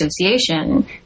association